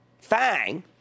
Fang